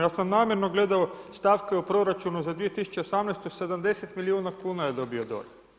Ja sam namjerno gledao stavke u proračunu za 2018., 70 milijuna kuna je dobio DORH.